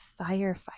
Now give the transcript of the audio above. firefighter